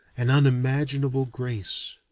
an unimaginable grace.